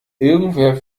irgendwer